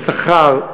שכר,